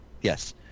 yes